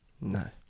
No